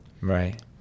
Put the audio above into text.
Right